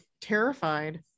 terrified